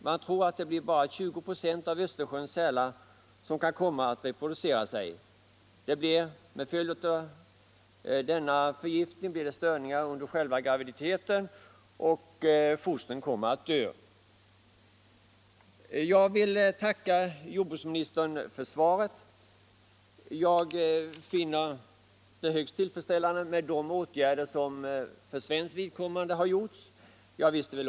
Man tror att det blir bara 20 96 av Östersjöns sälar som kan komma att reproducera sig. Till följd av denna förgiftning blir det störningar under själva graviditeten, som medför att fostren dör. Jag tackar jordbruksministern för svaret på min fråga och finner det att förhindra utrotning av sälstammen högst tillfredsställande med de åtgärder som vidtagits från svensk sida och som jag f. ö. visste om.